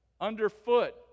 underfoot